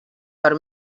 per